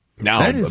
Now